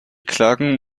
klagen